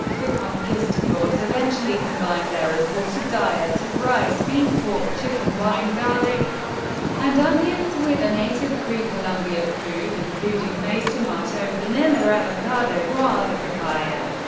the conquistadores eventually combined their imported diet of rice, beef, pork, chicken, wine, garlic and onions with the native pre-columbian food, including maize, tomato, vanilla, avocado, guava, papaya,